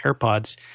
AirPods